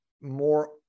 more